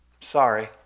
Sorry